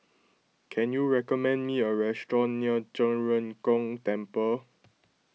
can you recommend me a restaurant near Zhen Ren Gong Temple